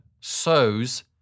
sows